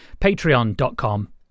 Patreon.com